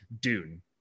Dune